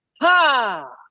Ha